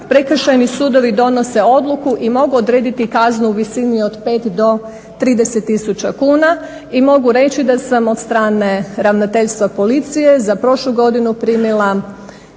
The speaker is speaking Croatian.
Prekršajni sudovi donose odluku i mogu odrediti kaznu u visini od 5 do 30000 kuna i mogu reći da sam od strane Ravnateljstva policije za prošlu godinu primila